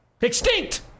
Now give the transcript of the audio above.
Extinct